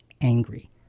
angry